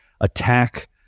attack